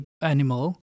animal